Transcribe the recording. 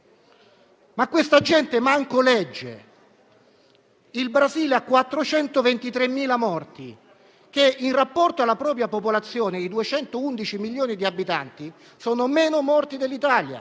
Questa gente neanche legge: il Brasile ha 423.000 morti che, in rapporto alla propria popolazione di 211 milioni di abitanti, sono meno di quelli dell'Italia